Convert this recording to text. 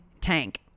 tank